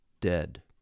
dead